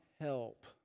help